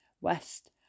West